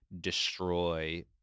destroy